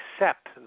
accept